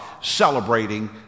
celebrating